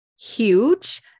huge